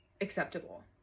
acceptable